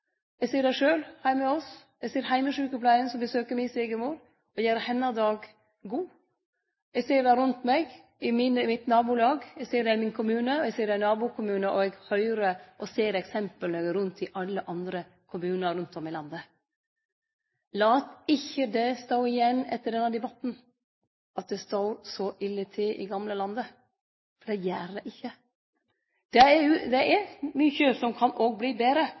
Eg ser det sjølv, heime hos oss. Eg ser heimesjukepleia, som besøkjer mi svigermor og gjer hennar dag god, eg ser det rundt meg i mitt nabolag, eg ser det i min kommune, eg ser det i nabokommunar, og eg høyrer og ser eksempel når eg er rundt i alle andre kommunar rundt om i landet. Lat det ikkje stå igjen etter denne debatten at det står så ille til i gamlelandet, for det gjer det ikkje. Det er mykje som òg kan verte betre.